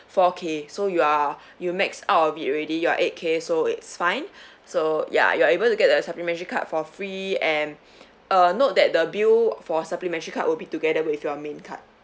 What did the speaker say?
four K so you are you max out of it already you are eight K so it's fine so ya you are able to get the supplementary card for free and uh note that the bill for supplementary card will be together with your main card